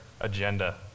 agenda